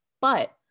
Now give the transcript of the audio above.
but-